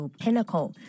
pinnacle